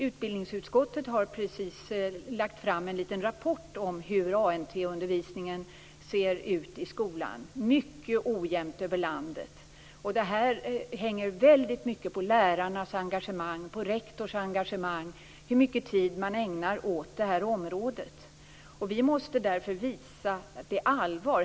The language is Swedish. Utbildningsutskottet har precis lagt fram en liten rapport om hur ANT-undervisningen ser ut i skolan, och denna undervisning är mycket ojämn över landet. Hur mycket tid man ägnar åt detta område hänger väldigt mycket på lärarnas och rektors engagemang. Vi måste därför visa att det är allvar.